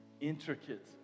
intricate